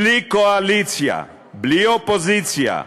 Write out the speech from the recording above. בלי קואליציה, בלי אופוזיציה,